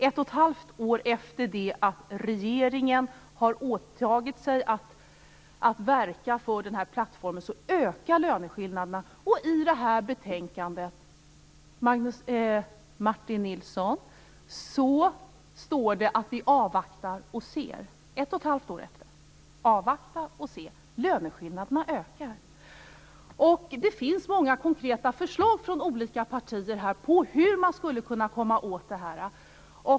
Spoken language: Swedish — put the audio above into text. Ett och ett halvt år efter det att regeringen har åtagit sig att verka för den här plattformen ökar löneskillnaderna. I det här betänkandet står det att vi avvaktar och ser, Martin Nilsson. Det finns många konkreta förslag från olika partier på hur man skulle kunna komma åt detta.